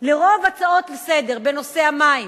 לרוב ההצעות לסדר-היום בנושא המים.